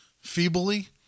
feebly